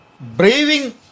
Braving